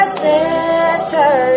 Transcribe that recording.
center